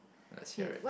let's share it